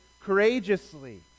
courageously